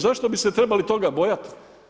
Zašto bi se trebali toga bojati?